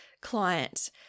client